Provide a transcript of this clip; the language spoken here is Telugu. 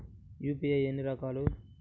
యూ.పీ.ఐ ఎన్ని రకాలు?